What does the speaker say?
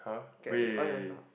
get to earn a lot